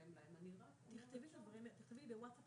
אנחנו נשלם בחודש אוגוסט.